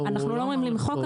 אנחנו לא אומרים למחוק,